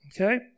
Okay